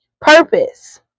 Purpose